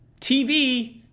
TV